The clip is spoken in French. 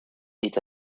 est